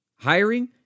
Hiring